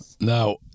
Now